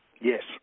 Yes